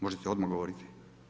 Možete odmah govoriti?